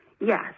yes